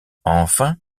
enfin